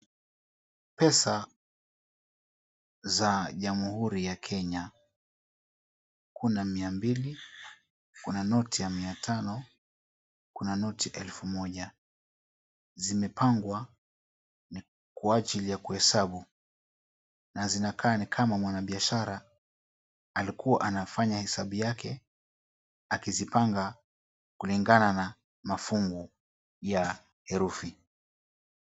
Pesa za jamhuri ya Kenya, kuna mia mbili, kuna noti ya mia tano, kuna noti elfu moja, zimepagwa kwa ajiri ya kuhesabu na zina kaa kama mwana biashara alikuwa anafanya hesabu yake, akizipanga kulingana na mafungu ya herufi.